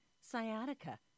sciatica